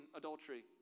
adultery